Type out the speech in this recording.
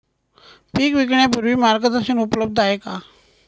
पीक विकण्यापूर्वी मार्गदर्शन उपलब्ध आहे का?